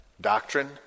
Doctrine